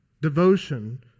Devotion